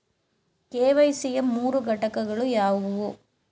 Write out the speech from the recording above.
KYC ಯ ಮೂರು ಘಟಕಗಳು ಯಾವುವು?